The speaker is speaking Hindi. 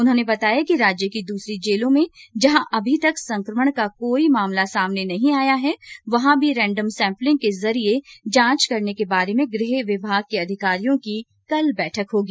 उन्होने बताया कि राज्य की दूसरी जेलों जहां अभी तक संक्रमण का कोई मामला नहीं आया है वहॉ भी रैंडम सम्पलिंग के जरिये जांच करने के बारे में गृह विभाग के अधिकारियों की कल बैठक होगी